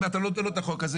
אם לא תיתן לו את החוק הזה.